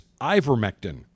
Ivermectin